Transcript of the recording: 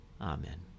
Amen